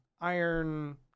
iron